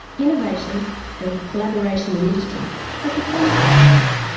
innovation and collaboration with industry have become buzz words.